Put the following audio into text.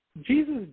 Jesus